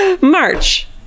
March